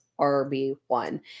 RB1